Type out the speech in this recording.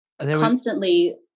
constantly